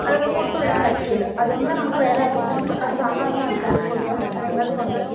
അത് നമുക്ക് ഒട്ടും ഇടാൻ പറ്റില്ല അതൊന്ന് നമുക്ക് വേറെ ആർക്കെങ്കിലും അത് ബാഹാവുന്ന ആൾക്കാർക്ക് കൊടുക്കാം അല്ലെങ്കിലത് കൊണ്ടു പോയി